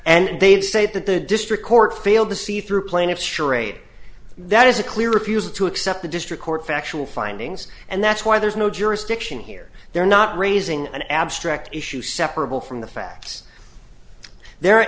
and they'd say that the district court failed to see through plaintiff's charade that is a clear refusal to accept the district court factual findings and that's why there's no jurisdiction here they're not raising an abstract issue separable from the facts the